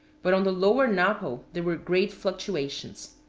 but on the lower napo there were great fluctuations.